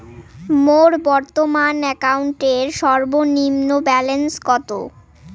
মোর বর্তমান অ্যাকাউন্টের সর্বনিম্ন ব্যালেন্স কত?